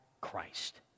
Christ